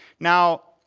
now,